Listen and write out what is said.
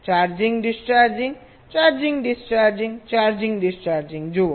charging discharging charging discharging charging discharging જુઓ